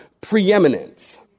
preeminence